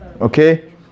Okay